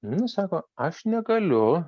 nu sako aš negaliu